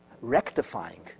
rectifying